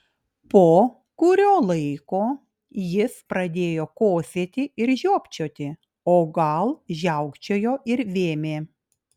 po kurio laiko jis pradėjo kosėti ir žiopčioti o gal žiaukčiojo ir vėmė